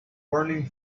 burning